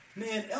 man